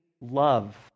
love